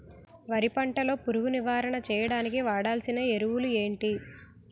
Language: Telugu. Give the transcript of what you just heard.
వరి పంట లో పురుగు నివారణ చేయడానికి వాడాల్సిన ఎరువులు ఏంటి?